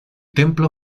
templo